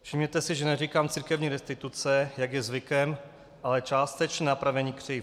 Všimněte si, že neříkám církevní restituce, jak je zvykem, ale částečné napravení křivd.